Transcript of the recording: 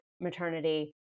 maternity